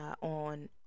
On